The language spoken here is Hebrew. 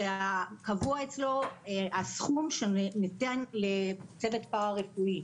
שקבוע אצלו הסכום שניתן לצוות פרה רפואי,